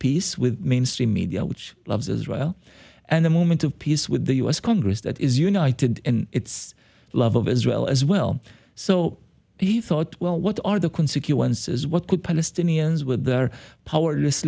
peace with mainstream media which loves israel and a moment of peace with the u s congress that is united in its love of israel as well so he thought well what are the can secure onces what could palestinians with their power